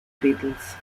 beetles